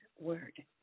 word